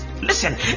listen